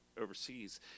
overseas